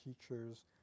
teachers